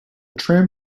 tram